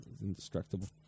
indestructible